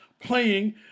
playing